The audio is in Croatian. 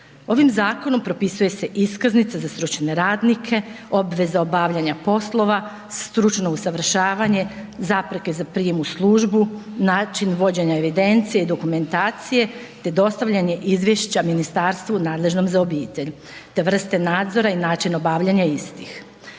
Ovim zakonom propisuje se iskaznica za stručne radnike, obveza obavljanja poslova, stručno usavršavanje, zapreke za prijam u službu, način vođenja evidencije i dokumentacije, te dostavljanje izvješća ministarstvu nadležnom za obitelj te vrste nadzora i način obavljanja istih.